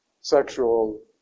sexual